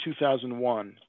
2001